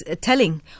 telling